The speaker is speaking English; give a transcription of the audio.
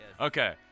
Okay